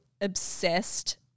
obsessed